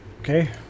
Okay